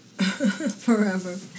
forever